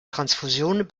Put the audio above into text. transfusionen